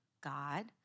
God